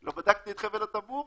לא בדקתי את חבל הטבור,